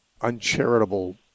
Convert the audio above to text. uncharitable